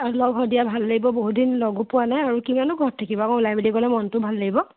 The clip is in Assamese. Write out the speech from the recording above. লগ হওঁ দিয়া ভাল লাগিব বহু দিন লগো পোৱা নাই আৰু কিমাননো ঘৰত থাকিবা অকণ ওলাই মেলি গ'লে মনটোও ভাল লাগিব